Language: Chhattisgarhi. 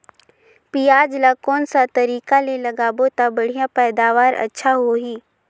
पियाज ला कोन सा तरीका ले लगाबो ता बढ़िया पैदावार अच्छा होही?